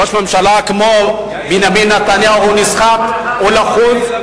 ראש ממשלה כמו בנימין נתניהו, הוא נסחט, הוא לחוץ,